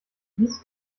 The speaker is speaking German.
dies